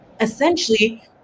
Essentially